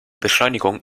beschleunigung